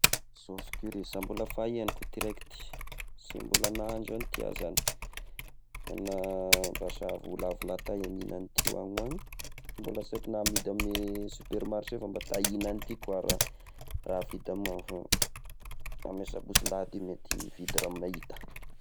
Sôsy curry sa mbola fahegniko ity raiky ity, sy mbola nahandro an'ity aho izagny, na mba sa olo avy lataiah mihigna an'ity agny ho agny, mbla sy haiko na amisy amy supermarcher fa mba ta hihigna an'ity ko raha raha afidy amign'any io fa amy sabosy lahady io mety hividy raha mahita.